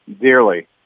dearly